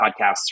podcasts